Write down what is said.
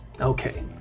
Okay